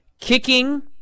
kicking